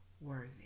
worthy